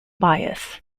basis